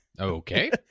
Okay